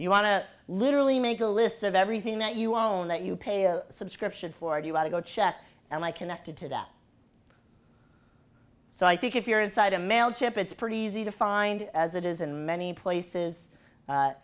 you want to literally make a list of everything that you own that you pay a subscription for and you want to go check and i connected to that so i think if you're inside a mail chip it's pretty easy to find as it is in many places